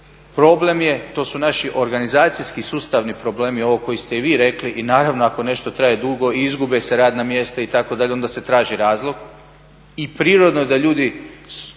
Problem je, to su naši organizacijski sustavni problemi ovi koje ste i vi rekli i naravno ako nešto traje dugo i izgube se radna mjesta itd., onda se traži razlog.